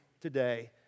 today